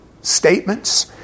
statements